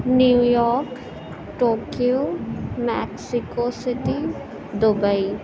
new York Tokyo Mexico City Dubai